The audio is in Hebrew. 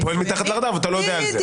פועלים מתחת לרדאר ואתה לא יודע מזה.